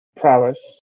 prowess